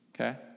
okay